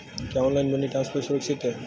क्या online money transfer सुरक्षित है?